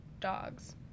dogs